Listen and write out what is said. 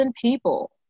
people